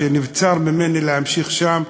נבצר ממני להמשיך שם,